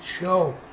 show